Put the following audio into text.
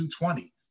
220